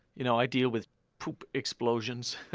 you know i deal with poop explosions